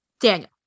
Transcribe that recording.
Daniel